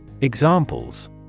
Examples